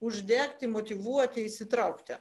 uždegti motyvuoti įsitraukti